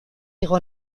igo